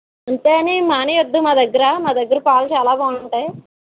అంతేకానీ మానద్దు మా దగ్గర మా దగ్గర పాలు చాలా బాగుంటాయి